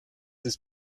des